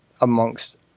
amongst